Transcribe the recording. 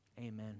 amen